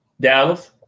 Dallas